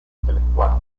intelectual